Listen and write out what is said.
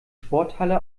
sporthalle